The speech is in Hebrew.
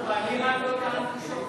אני לא טענתי,